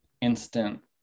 instant